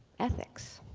ethics.